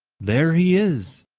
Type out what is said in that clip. there he is,